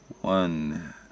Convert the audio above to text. one